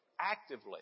actively